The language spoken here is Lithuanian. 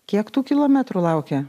kiek tų kilometrų laukia